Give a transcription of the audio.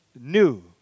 new